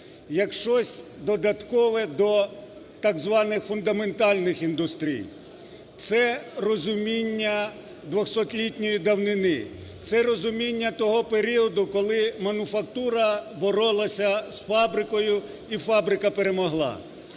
як щось додаткове до так званих фундаментальних індустрій. Це розуміння 200-літньої давнини, це розуміння того періоду, коли мануфактура боролася з фабрикою і фабрика перемогла.